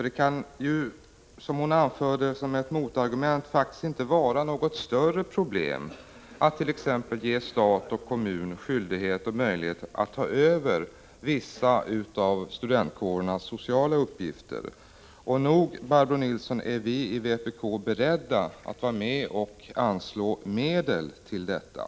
Det som hon anförde som argument mot att t.ex. stat och kommun får möjlighet och skyldighet att ta över vissa av studentkårernas sociala uppgifter kan faktiskt inte vara något större problem. Och visst är vi i vpk, Barbro Nilsson, med på att anslå medel till detta.